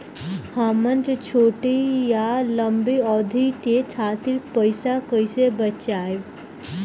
हमन के छोटी या लंबी अवधि के खातिर पैसा कैसे बचाइब?